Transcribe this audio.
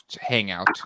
Hangout